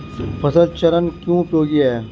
फसल चरण क्यों उपयोगी है?